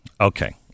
okay